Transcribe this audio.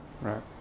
Right